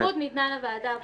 כשהסמכות ניתנה לוועדה הבוחנת.